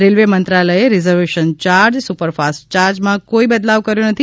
railway મંત્રાલયે reservation charge super fast ચાર્જમાં કોઈ બદલાવ કર્યો નથી